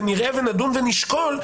ונראה ונדון ונשקול,